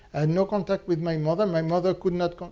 and no contact with my mother. my mother could not